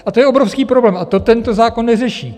A to je obrovský problém a to tento zákon neřeší.